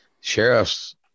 sheriffs